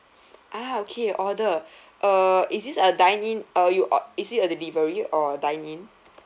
ah okay order uh is this a dine in uh you or is it a delivery or dine in